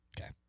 Okay